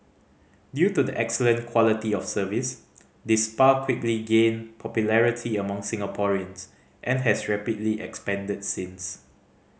due to the excellent quality of service this spa quickly gained popularity among Singaporeans and has rapidly expanded since